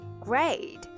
Great